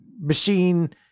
machine